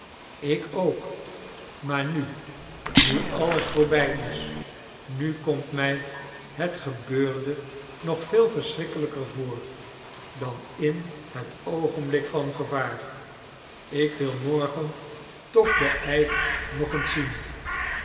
ik ook maar nu nu alles voorbij is nu komt mij het gebeurde nog veel verschrikkelijker voor dan in het oogenblik van gevaar ik wil morgen toch den eik nog eens zien